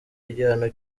igihano